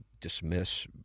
Dismiss